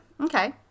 Okay